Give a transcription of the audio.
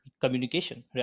communication